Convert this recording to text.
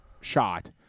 shot